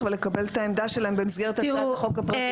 ולקבל את העמדה שלהם במסגרת הצעת החוק הפרטית,